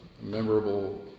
memorable